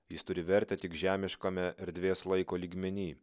jis turi vertę tik žemiškame erdvės laiko lygmeny